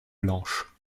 blanches